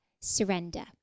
surrender